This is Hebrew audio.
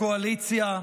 הקואליציה,